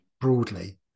broadly